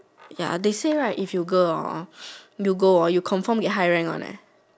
ya they say right if you girl hor you go hor you confirm get high rank one leh